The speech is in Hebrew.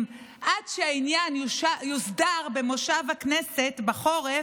עד שהעניין יוסדר במושב הכנסת בחורף,